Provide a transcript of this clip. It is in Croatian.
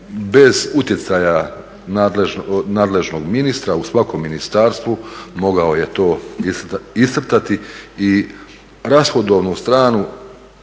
bez utjecaja nadležnog ministra u svakom ministarstvu mogao je to iscrtati i rashodovnu stranu